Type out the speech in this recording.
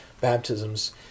baptisms